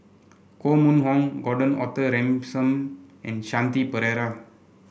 Koh Mun Hong Gordon Arthur Ransome and Shanti Pereira